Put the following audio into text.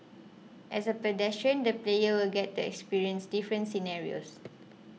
as a pedestrian the player will get to experience different scenarios